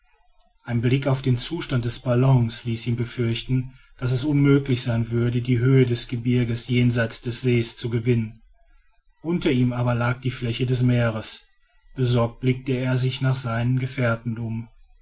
ein blick auf den zustand des ballons ließ ihn befürchten daß es unmöglich sein würde die höhe des gebirges jenseits des sees zu gewinnen unter ihm aber lag die fläche des meeres besorgt blickte er sich nach seinen gefährten um